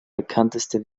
bekannteste